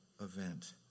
event